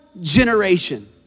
generation